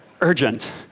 Urgent